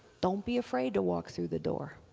don't be afraid to walk through the door.